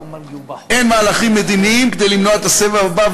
אין מהלכים מדיניים כדי למנוע את הסבב הבא,